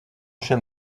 chien